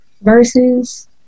verses